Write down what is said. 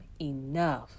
enough